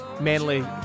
manly